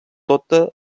tota